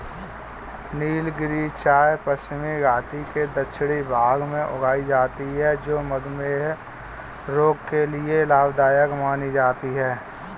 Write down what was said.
नीलगिरी चाय पश्चिमी घाटी के दक्षिणी भाग में उगाई जाती है जो मधुमेह रोग के लिए लाभदायक मानी जाती है